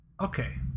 Okay